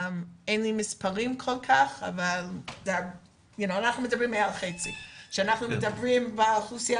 אין לי מספרים כל כך אבל אנחנו מדברים על מעל 50%. כשבקרב האוכלוסייה